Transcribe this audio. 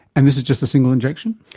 and this is just a single injection?